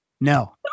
No